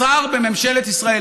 שר בממשלת ישראל,